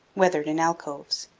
weathered in alcoves.